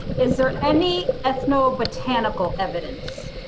is there any ethnobotanical evidence?